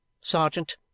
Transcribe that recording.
Sergeant